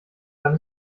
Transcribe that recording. dann